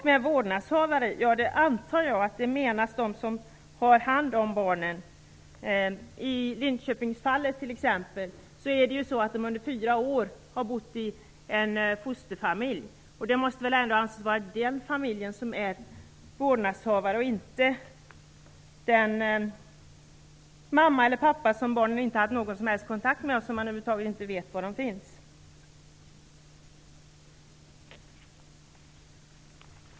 Jag antar att man med vårdnadshavare avser dem som har hand om barnen. I t.ex. Lidköpingsfallet har barnen bott i en fosterfamilj i fyra år. Det måste väl ändå vara den familjen som anses som vårdnadshavare och inte den mamma eller pappa som barnen inte har haft någon som helst kontakt med; barnen vet inte ens var de finns.